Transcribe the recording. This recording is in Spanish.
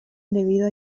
debido